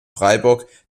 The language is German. freiburg